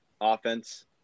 offense